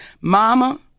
mama